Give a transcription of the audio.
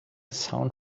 sound